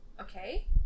Okay